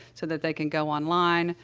so that they can go online,